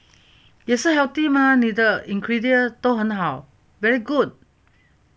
也是 healthy mah 你的 ingredient 都很好 very good